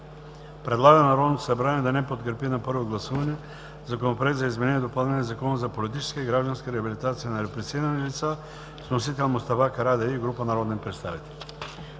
Предлага на Народното събрание да не подкрепи на първо гласуване Законопроекта за изменение и допълнение на Закона за политическа и гражданска реабилитация на репресирани лица с вносители Мустафа Карадайъ и група народни представители.“